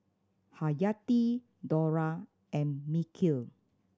Haryati Dollah and Mikhail